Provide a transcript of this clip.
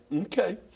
okay